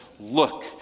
Look